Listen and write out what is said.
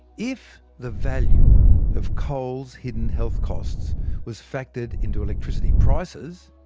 if the value of coal's hidden health costs was factored into electricity prices,